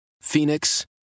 Phoenix